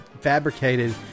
fabricated